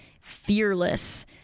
fearless